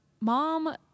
mom